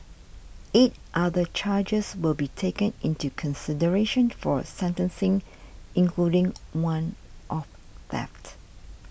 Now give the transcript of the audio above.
eight other charges will be taken into consideration for sentencing including one of theft